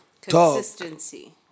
Consistency